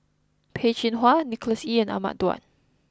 Peh Chin Hua Nicholas Ee and Ahmad Daud